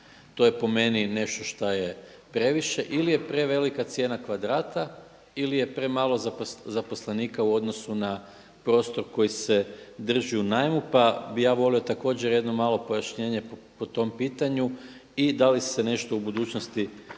To je po meni nešto šta je previše ili je prevelika cijena kvadrata ili je premalo zaposlenika u odnosu na prostor koji se drži u najmu, pa bih ja volio također jedno malo pojašnjenje po tom pitanju i da li se nešto u budućnosti